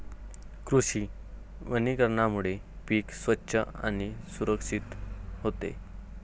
कृषी वनीकरणामुळे पीक स्वच्छ आणि सुरक्षित होते